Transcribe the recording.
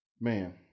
Man